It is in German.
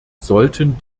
sollten